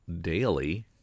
Daily